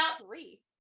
three